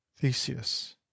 Theseus